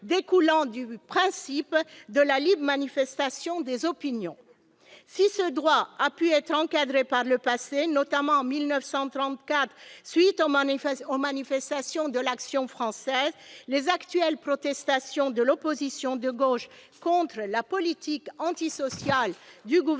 découlant du principe de la libre manifestation des opinions. Il ne s'agit pas du droit de casser ! S'il a pu être encadré par le passé, notamment en 1934 à la suite des manifestations de l'Action française, les actuelles protestations de l'opposition de gauche contre la politique antisociale du Gouvernement